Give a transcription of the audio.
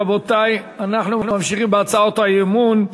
רבותי, אנחנו ממשיכים בהצעות האי-אמון.